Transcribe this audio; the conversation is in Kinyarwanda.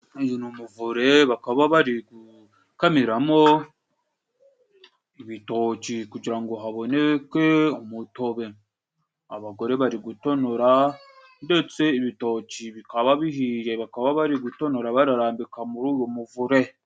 Uyu ni umuvure bakaba bari gukamiramo ibitoci kugira ngo haboneke umutobe ,abagore bari gutonora ndetse ibitoci bikaba bihiye bakaba bari gutonora bararambika muri uyu muvure.